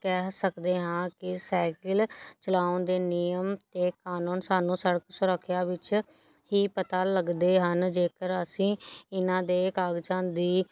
ਕਹਿ ਸਕਦੇ ਹਾਂ ਕਿ ਸਾਈਕਲ ਚਲਾਉਣ ਦੇ ਨਿਯਮ ਅਤੇ ਕਾਨੂੰਨ ਸਾਨੂੰ ਸੜਕ ਸੁਰੱਖਿਆਂ ਵਿੱਚ ਹੀ ਪਤਾ ਲੱਗਦੇ ਹਨ ਜੇਕਰ ਅਸੀ ਇਹਨਾਂ ਦੇ ਕਾਗਜ਼ਾਂ ਦੀ